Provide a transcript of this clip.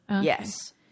yes